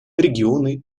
регионы